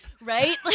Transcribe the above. Right